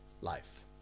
life